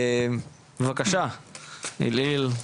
בבקשה, אילאיל.